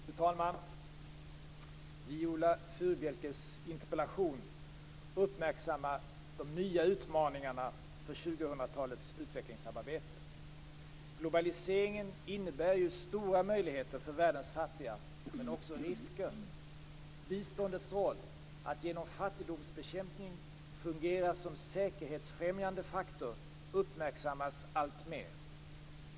Fru talman! Viola Furubjelkes interpellation uppmärksammar de nya utmaningarna för 2000-talets utvecklingssamarbete. Globaliseringen innebär stora möjligheter för världens fattiga, men också risker. Biståndets roll att genom fattigdomsbekämpning fungera som säkerhetsfrämjande faktor uppmärksammas alltmer.